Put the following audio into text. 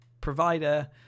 provider